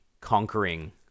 conquering